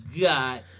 God